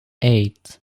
eight